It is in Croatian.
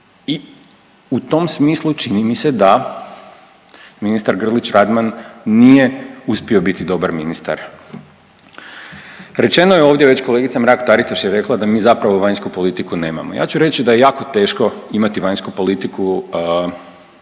i u tom smislu čini mi se da ministar Grlić Radman nije uspio biti dobar ministar. Rečeno je ovdje već, kolegica Mrak Taritaš je rekla da mi zapravo vanjsku politiku nemamo. Ja ću reći da je jako teško imati vanjsku politiku u